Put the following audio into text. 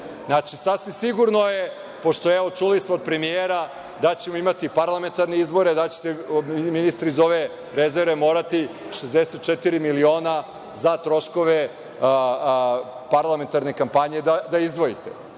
laži. Sasvim sigurno je, pošto smo čuli od premijera da ćemo imati parlamentarne izbore, da ćete ministre iz ove rezerve morati 64 miliona za troškove parlamentarne kampanje da izdvojite. To